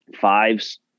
Fives